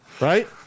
Right